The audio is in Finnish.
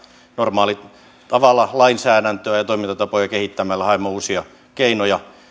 normaalitavalla lainsäädäntöä ja toimintatapoja kehittämällä haemme uusia keinoja